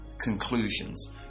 conclusions